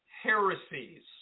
heresies